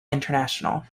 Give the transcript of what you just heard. international